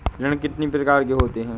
ऋण कितनी प्रकार के होते हैं?